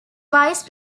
vice